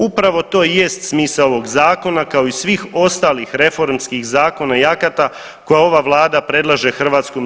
Upravo to i jest smisao ovog zakona, kao i svih ostalih reformskih zakona i akata koje ova vlada predlaže HS.